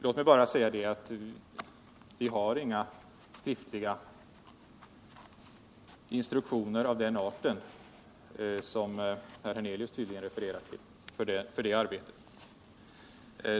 Låt mig bara säga att vi för det arbetet inte har några skriftliga instruktioner av den art som herr Hernetlius tydligen refererar till.